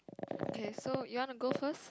okay so you wanna go first